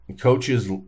coaches